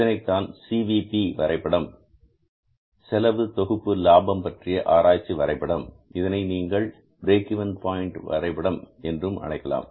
இதனைத்தான் C V P வரைபடம் செலவு தொகுப்பு லாபம் பற்றிய ஆராய்ச்சி வரைபடம் இதனை நீங்கள் பிரேக் இவென் பாயின்ட் வரைபடம் என்றும் அழைக்கலாம்